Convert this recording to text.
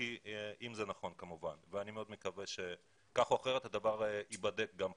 אם זה נכון ואני מאוד מקווה שכך או אחרת הדבר ייבדק גם פלילית.